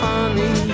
Honey